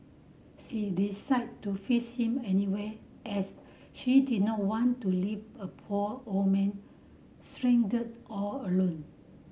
decided to fetch him anyway as he did not want to leave a poor old man stranded all alone